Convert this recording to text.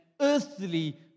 earthly